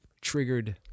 triggered